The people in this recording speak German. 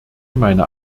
meine